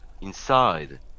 Inside